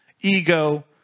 ego